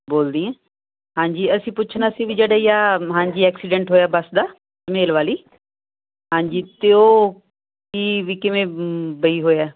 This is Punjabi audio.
ਬੋਲਦੀ ਆਂ ਹਾਂਜੀ ਅਸੀਂ ਪੁੱਛਣਾ ਸੀ ਵੀ ਜਿਹੜੇ ਜਾਂ ਹਾਂਜੀ ਐਕਸੀਡੈਂਟ ਹੋਇਆ ਬੱਸ ਦਾ ਮੇਲ ਵਾਲੀ ਹਾਂਜੀ ਤੇ ਉਹ ਕੀ ਵੀ ਕਿਵੇਂ ਵਈ ਹੋਇਆ